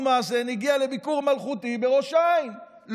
מאזן הגיע לביקור ממלכתי בראש העין.